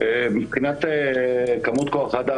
מבחינת כמות כוח האדם,